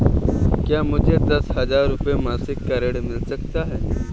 क्या मुझे दस हजार रुपये मासिक का ऋण मिल सकता है?